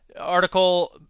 article